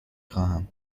خواهم